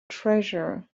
treasure